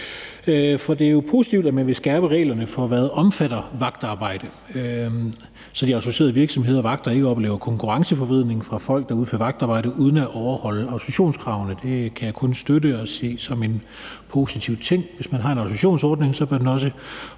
For det er jo positivt, at man vil skærpe reglerne for, hvad der omfatter vagtarbejde, så de autoriserede virksomheder og vagter ikke oplever en konkurrenceforvridning fra folk, der udfører vagtarbejde uden at overholde autorisationskravene, og det kan jeg kun støtte og se som en positiv ting. Hvis man har en autorisationsordning, bør den også